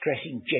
stressing